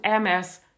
MS